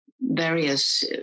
various